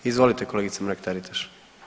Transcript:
Izvolite kolegice Mrak Taritaš.